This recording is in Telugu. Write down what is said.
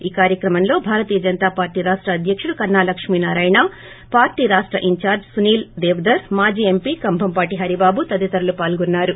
ఈ కార్యక్రమంలో భారతీయ జనతాపార్టీ రాష్ట అధ్యకుడు కన్నా లక్ష్మీనారాయణ పార్టీ రాష్ట ఇన్ఛార్జ్ సునీల్ దేవధర్ మాజీ ఎంపీ కంభంపాటి హరిబాబు తదితరులు పాల్గొన్నారు